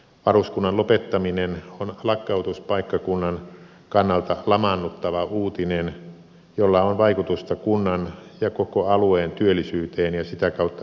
varuskunnan lopettaminen on lakkautuspaikkakunnan kannalta lamaannuttava uutinen jolla on vaikutusta kunnan ja koko alueen työllisyyteen ja sitä kautta myös verotuloihin